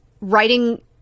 writing